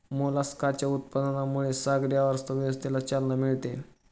मोलस्काच्या उत्पादनामुळे सागरी अर्थव्यवस्थेला चालना मिळते